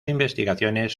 investigaciones